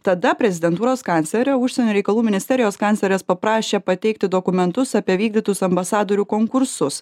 tada prezidentūros kanclerio užsienio reikalų ministerijos kanclerės paprašė pateikti dokumentus apie vykdytus ambasadorių konkursus